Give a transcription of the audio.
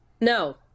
No